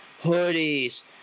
hoodies